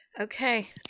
Okay